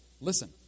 Listen